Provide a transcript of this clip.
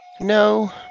no